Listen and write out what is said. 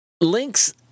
links